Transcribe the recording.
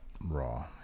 Raw